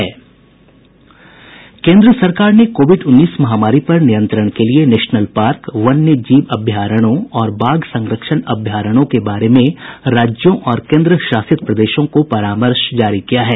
केंद्र ने कोविड उन्नीस महामारी पर नियंत्रण के लिए नेशनल पार्क वन्य जीव अभयारण्यों और बाघ संरक्षण अभयारण्यों के बारे में राज्यों और केंद्रशासित प्रदेशों को परामर्श जारी किया है